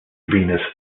venus